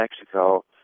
Mexico